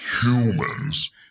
humans